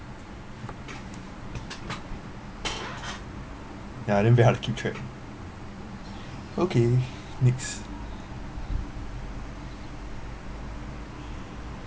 ya then very hard to keep track okay next